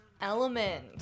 Element